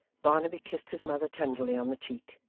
barnaby kissed his mother tenderly on the cheek,